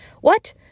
What